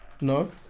No